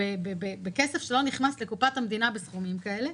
בכסף שלא נכנס לקופת המדינה בסכומים כאלה.